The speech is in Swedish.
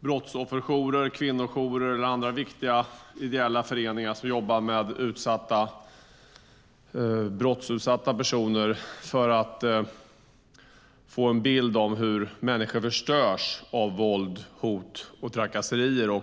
brottsofferjourer, kvinnojourer eller andra viktiga ideella föreningar som jobbar med brottsutsatta personer för att få en bild av hur människor förstörs av våld, hot och trakasserier.